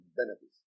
benefits